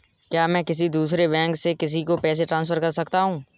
क्या मैं किसी दूसरे बैंक से किसी को पैसे ट्रांसफर कर सकता हूँ?